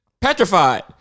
Petrified